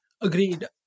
Agreed